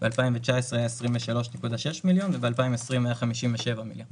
ב-2019 היו 23.6 מיליון וב-2020 היו 57 מיליון.